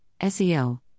SEO